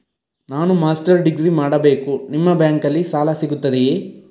ನಾನು master degree ಮಾಡಬೇಕು, ನಿಮ್ಮ ಬ್ಯಾಂಕಲ್ಲಿ ಸಾಲ ಸಿಗುತ್ತದೆಯೇ?